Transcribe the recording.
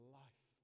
life